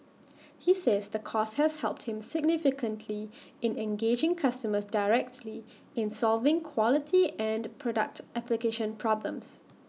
he says the course has helped him significantly in engaging customers directly in solving quality and product application problems